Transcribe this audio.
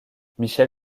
michel